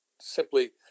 simply